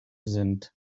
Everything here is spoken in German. sind